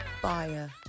fire